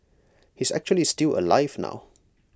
he's actually still alive now